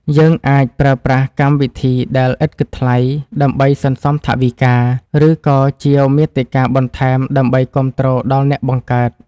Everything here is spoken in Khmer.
យើងអាចប្រើប្រាស់កម្មវិធីដែលឥតគិតថ្លៃដើម្បីសន្សំថវិកា ឬ ក៏ជាវមាតិកាបន្ថែមដើម្បីគាំទ្រដល់អ្នកបង្កើត។